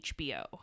HBO